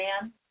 man